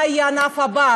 מה יהיה הענף הבא,